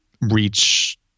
reach